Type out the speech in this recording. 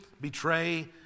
betray